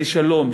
לשלום,